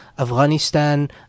Afghanistan